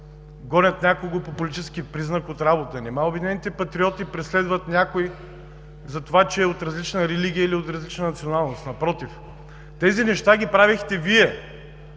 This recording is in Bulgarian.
гонят някого по политически признак от работа? Нима „Обединени патриоти“ преследват някого за това, че е от различна религия или от различна националност. Напротив – тези неща ги правихте Вие